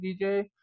DJ